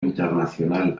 internacional